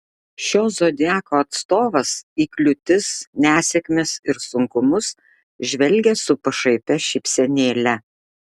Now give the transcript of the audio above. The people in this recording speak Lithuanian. šio zodiako atstovas į kliūtis nesėkmes ir sunkumus žvelgia su pašaipia šypsenėle